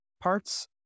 parts